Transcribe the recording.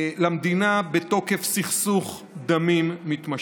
למדינה בתוקף סכסוך דמים מתמשך.